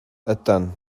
ydyn